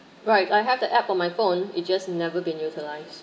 right I have the app on my phone it just never been utilised